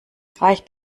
reicht